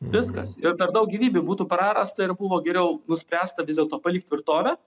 viskas ir dar daug gyvybių būtų prarasta ir buvo geriau nuspręsta vis dėl to palikt tvirtovę